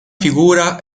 figura